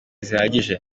zihagije